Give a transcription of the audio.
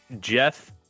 jeff